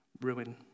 ruin